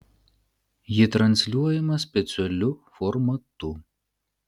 ji transliuojama specialiu formatu